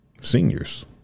seniors